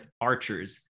Archers